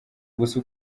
gusa